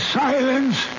silence